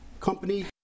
company